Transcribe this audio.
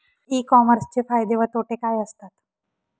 E कॉमर्सचे फायदे व तोटे काय असतात?